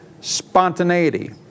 Spontaneity